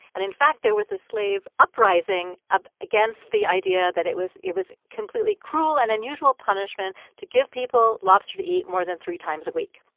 and, in fact, there was a slave uprising ah against the idea that it was it was completely cruel and unusual punishment to give people lobster to eat more than three times a week.